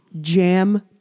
jam